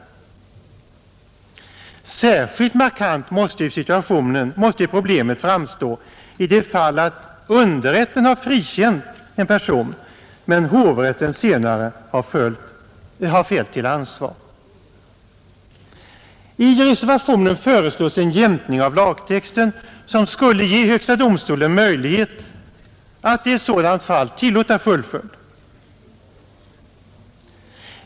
Särskilt markant måste ju problemet framstå i det fall att underrätten har frikänt en person men hovrätten senare har fällt till ansvar. I reservationen föreslås en jämkning av lagtexten som skulle ge högsta domstolen möjlighet att i ett sådant fall tillåta fullföljd.